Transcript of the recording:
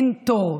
אין תור,